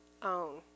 own